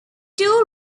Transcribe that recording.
two